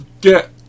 get